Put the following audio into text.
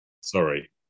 Sorry